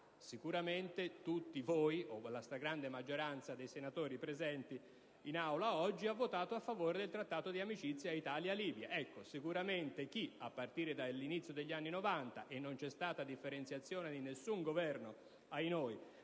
Sicuramente tutti voi, o quanto meno la grande maggioranza dei senatori presenti in Aula oggi, avrete votato a favore del Trattato di amicizia Italia-Libia. Sicuramente chi, a partire dall'inizio degli anni Novanta - e non c'è stata differenziazione da parte di nessun Governo, ahinoi,